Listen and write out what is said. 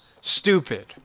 stupid